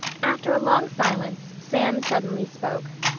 after a long silence sam suddenly spoke.